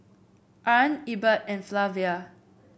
Arne Ebert and Flavia